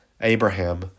Abraham